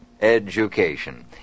Education